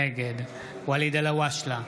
נגד ואליד אלהואשלה,